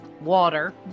water